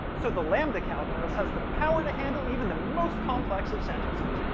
so the lambda calculus has the power to handle even the most complex of sentences.